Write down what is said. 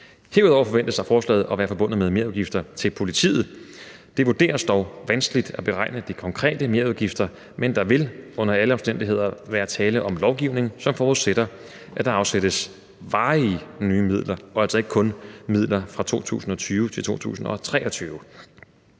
Herudover forventes forslaget at være forbundet med merudgifter til politiet. Det vurderes dog vanskeligt at beregne de konkrete merudgifter, men der vil under alle omstændigheder være tale om lovgivning, som forudsætter, at der afsættes varige nye midler og altså ikke kun midler fra 2020 til 2023.